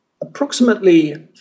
approximately